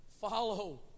follow